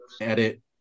edit